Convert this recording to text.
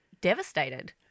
devastated